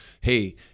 hey